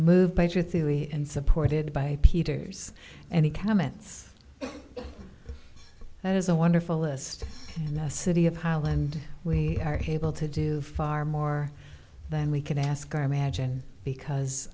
theory and supported by peter's any comments it is a wonderful list and the city of holland we are able to do far more than we can ask our imagine because